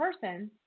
person